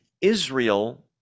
Israel